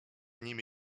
nimi